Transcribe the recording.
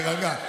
תירגע.